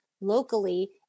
locally